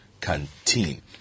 Canteen